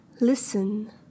listen